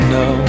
no